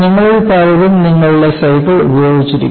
നിങ്ങളിൽ പലരും നിങ്ങളുടെ സൈക്കിൾ ഉപയോഗിച്ചിരിക്കണം